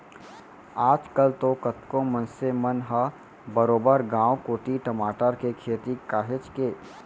आज कल तो कतको मनसे मन ह बरोबर गांव कोती टमाटर के खेती काहेच के